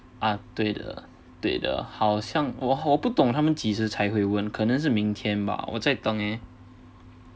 啊对的好像我不懂他们几时才会问可能是明天吧我在等呃